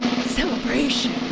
celebration